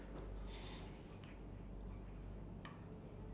ya about they changing the rule of the exams